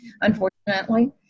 unfortunately